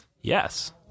yes